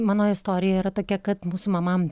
mano istorija yra tokia kad mūsų mama